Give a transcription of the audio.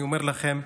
אני אומר לכם,